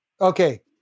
okay